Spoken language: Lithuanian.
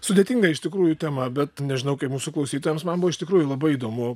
sudėtinga iš tikrųjų tema bet nežinau kaip mūsų klausytojams man buvo iš tikrųjų labai įdomu